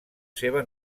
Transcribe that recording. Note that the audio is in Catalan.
seva